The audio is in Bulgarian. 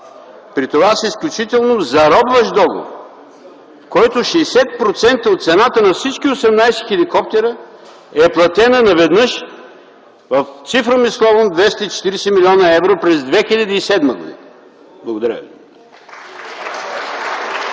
при това с изключително заробващ договор, при който 60% от цената на всички 18 хеликоптера е платена наведнъж, цифром и словом, 240 млн. евро – през 2007 г. Благодаря ви.